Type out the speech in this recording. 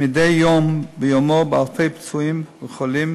מדי יום ביומו באלפי פצועים וחולים